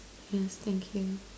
yeah thank you